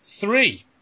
three